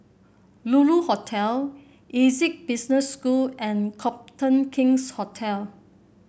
Lulu Hotel Essec Business School and Copthorne King's Hotel